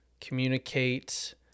communicate